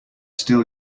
still